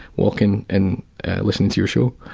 walking and listening to your show,